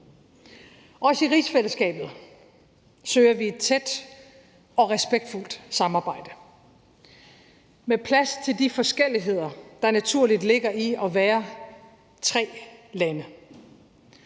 Også i rigsfællesskabet søger vi et tæt og respektfuldt samarbejde med plads til de forskelligheder, der naturligt ligger i at være tre lande.